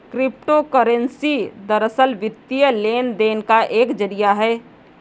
crypto currency दरअसल, वित्तीय लेन देन का एक जरिया है